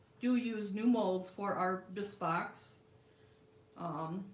do use new molds for our this box um,